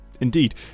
Indeed